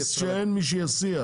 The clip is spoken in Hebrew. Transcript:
הבסיס זה שאין מי שיסיע.